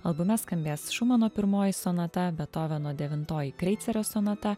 albume skambės šumano pirmoji sonata bethoveno devintoji kreicerio sonata